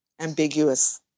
ambiguous